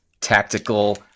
tactical